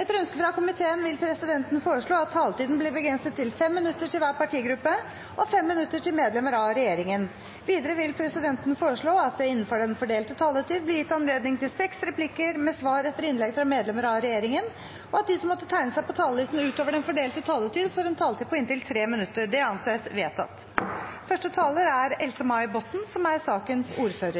Etter ønske fra arbeids- og sosialkomiteen vil presidenten foreslå at taletiden blir begrenset til 5 minutter til hver partigruppe og 5 minutter til medlemmer av regjeringen. Videre vil presidenten foreslå at det – innenfor den fordelte taletid – blir gitt anledning til fem replikker med svar etter innlegg fra medlemmer av regjeringen, og at de som måtte tegne seg på talerlisten utover den fordelte taletid, får en taletid på inntil 3 minutter. – Det anses vedtatt. Første taler